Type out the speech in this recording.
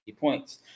points